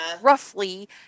roughly